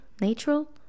natural